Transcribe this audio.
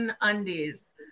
undies